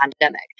pandemic